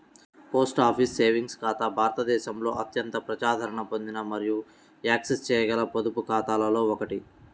post office savings ఖాతా భారతదేశంలో అత్యంత ప్రజాదరణ పొందిన మరియు యాక్సెస్ చేయగల పొదుపు ఖాతాలలో ఒకటి